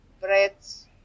breads